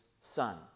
son